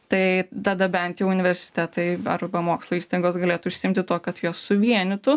tai tada bent jau universitetai arba mokslo įstaigos galėtų užsiimti tuo kad juos suvienytų